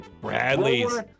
Bradley's